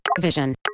Vision